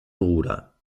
bruder